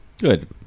Good